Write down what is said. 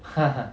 ha ha